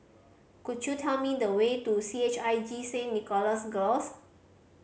could you tell me the way to C H I J Saint Nicholas Girls